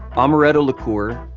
um amaretto liqueur,